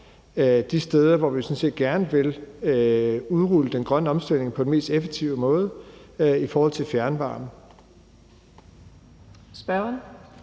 vi sådan set gerne vil udrulle den grønne omstilling på den mest effektive måde i forhold til fjernvarme.